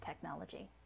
Technology